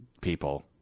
people